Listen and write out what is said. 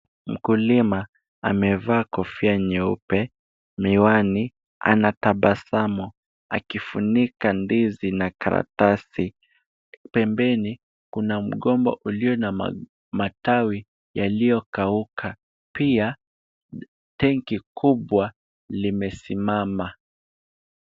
Mkulima amevaa kofia nyeupe, miwani na anatabasamu akifunika ndizi na karatasi. Pembeni kuna mgomba ulio na matawi yaliokauka. Pia tenki kubwa limesimama.